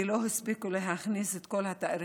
כי לא הספיקו להכניס את כל התאריכים.